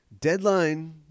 Deadline